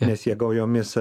nes jie gaujomis